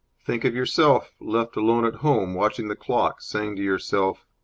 think of yourself, left alone at home, watching the clock, saying to yourself,